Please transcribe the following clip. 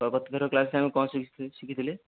ଗତଥର କ୍ଳାସ୍ରେ ଆମେ କ'ଣ ଶିଖିଥିଲେ